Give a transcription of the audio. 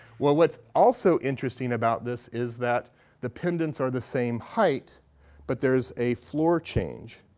well, what's also interesting about this is that the pendants are the same height but there is a floor change.